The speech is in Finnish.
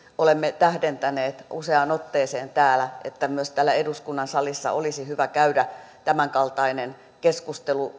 olemme tähdentäneet useaan otteeseen että myös täällä eduskunnan salissa myös tällä areenalla olisi hyvä käydä tämän kaltainen keskustelu